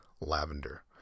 lavender